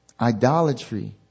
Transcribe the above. Idolatry